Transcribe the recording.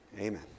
Amen